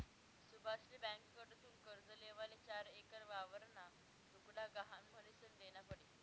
सुभाषले ब्यांककडथून कर्ज लेवाले चार एकर वावरना तुकडा गहाण म्हनीसन देना पडी